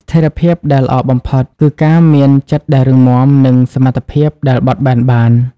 ស្ថិរភាពដែលល្អបំផុត គឺការមានចិត្តដែលរឹងមាំ និងសមត្ថភាពដែលបត់បែនបាន។